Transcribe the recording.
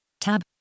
tab